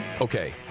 Okay